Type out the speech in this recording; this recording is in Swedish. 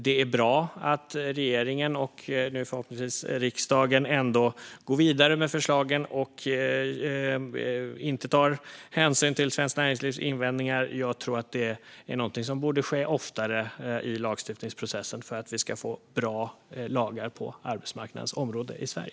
Det är bra att regeringen, och nu förhoppningsvis riksdagen, ändå går vidare med förslagen och inte tar hänsyn till Svenskt Näringslivs invändningar. Jag tror att det är någonting som borde ske oftare i lagstiftningsprocessen för att vi ska få bra lagar på arbetsmarknadsområdet i Sverige.